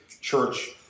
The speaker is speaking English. church